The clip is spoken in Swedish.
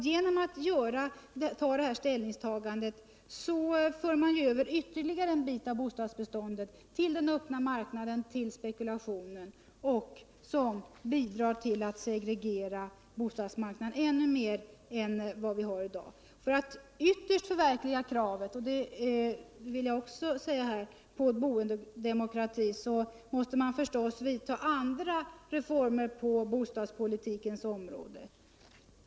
Genom detta ställningstagande för man dessutom över ytterligare en bit av bostadsbeståndet till den öppna marknaden och till spekulationen, vilket bidrar till att segregera bostadsmarknaden ännu mer än i dag. För att ytterst förverkliga kravet på boendedemokrati måste man förstås genomföra andra reformer på bostadspolitikens område.